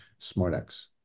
SmartX